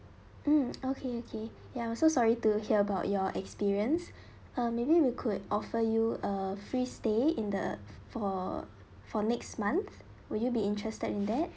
mm okay okay ya I'm so sorry to hear about your experience uh maybe we could offer you a free stay in the for for next month would you be interested in that